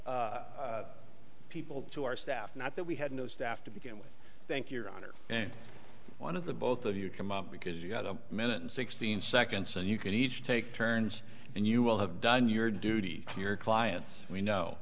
additional people to our staff not that we had no staff to begin with thank your honor and one of the both of you come up because you've got a minute and sixteen seconds and you can each take turns and you will have done your duty to your clients we know